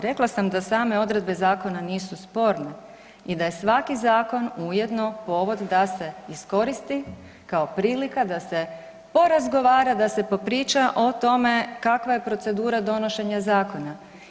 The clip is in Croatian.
Rekla sam da same odredbe zakona nisu sporne i da je svaki zakon ujedno povod da se iskoristi kao prilika da se porazgovara, da se popriča o tome kakva je procedura donošenja zakona.